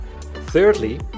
Thirdly